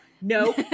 no